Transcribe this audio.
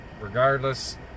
regardless